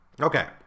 Okay